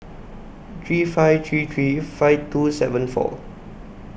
three five three three five two seven four